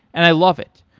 and i love it.